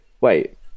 Wait